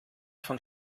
von